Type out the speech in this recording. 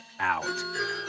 out